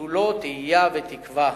שכולו תהייה ותקווה.